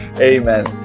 amen